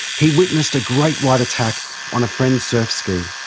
he witnessed a great white attack on a friend's surf ski.